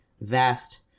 vast